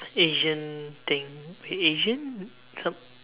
Asian thing Asian some